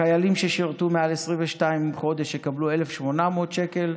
חיילים ששירתו מעל 22 חודשים יקבלו 1,800 שקלים,